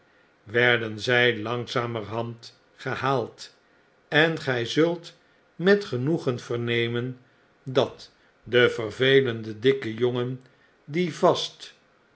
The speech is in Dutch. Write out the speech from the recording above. werden zy langzamerhand gehaald en gij zult met genoegen vernemen dat de vervelende dikke jongen die vast